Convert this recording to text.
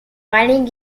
fighting